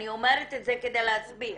אני אומרת את זה כדי להסביר.